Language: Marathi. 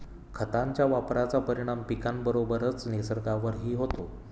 खतांच्या वापराचा परिणाम पिकाबरोबरच निसर्गावरही होतो